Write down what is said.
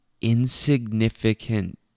insignificant